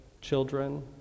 children